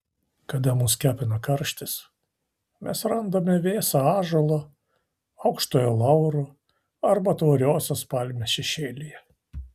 kada mus kepina karštis mes randame vėsą ąžuolo aukštojo lauro arba tauriosios palmės šešėlyje